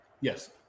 Yes